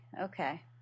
okay